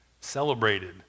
celebrated